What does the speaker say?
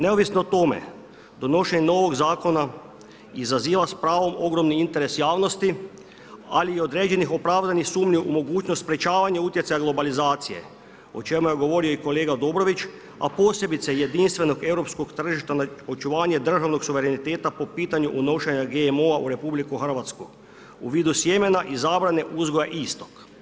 Neovisno o tome donošenje novog zakona izaziva s pravom ogromni interes javnosti, ali i određenih opravdanih sumnji u mogućnost sprječavanja utjecaja globalizacije o čemu je govorio i kolega Dobrović, a posebice jedinstvenog europskog tržišta na očuvanje državnog suvereniteta po pitanju unošenja GMO-a u RH u vidu sjemena izabrane uzgoja istog.